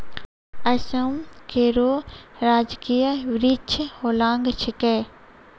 असम केरो राजकीय वृक्ष होलांग छिकै